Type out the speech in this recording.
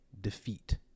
defeat